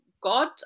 God